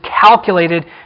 calculated